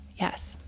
yes